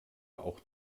auch